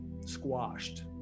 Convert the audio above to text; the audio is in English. squashed